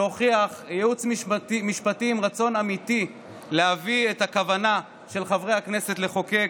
שהוכיח ייעוץ משפטי עם רצון אמיתי להביא את הכוונה של חברי הכנסת לחוקק,